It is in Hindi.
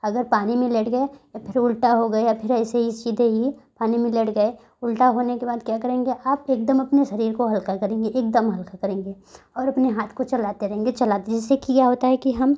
अगर पानी में लेट गए छोटा हो गए और फिर ऐसे ही सीधे ही पानी में लेट गए उल्टा होने के बाद क्या करेंगे अब एकदम अपने शरीर को हल्का करेंगे एकदम हल्का करेंगे और अपने हांथ को चलाते रहेंगे चलाते जिससे कि यह होता है कि हम